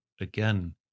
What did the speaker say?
Again